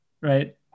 right